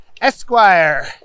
Esquire